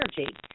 energy